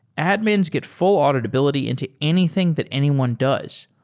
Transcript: admins get full auditability into anything that anyone does.